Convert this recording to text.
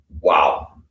Wow